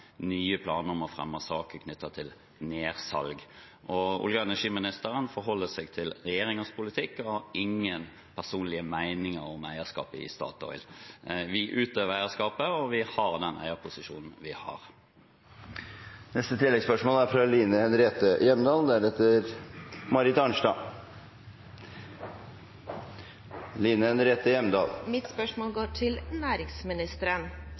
nye planer om å fremme saker knyttet til nedsalg. Olje- og energiministeren forholder seg til regjeringens politikk og har ingen personlige meninger om eierskapet i Statoil. Vi utøver eierskapet, og vi har den eierposisjonen vi har. Line Henriette Hjemdal – til oppfølgingsspørsmål. Mitt spørsmål går til næringsministeren. Arbeiderpartiet er